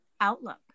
Outlook